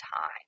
time